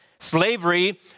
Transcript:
Slavery